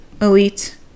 Elite